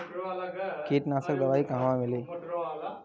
कीटनाशक दवाई कहवा मिली?